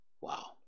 Wow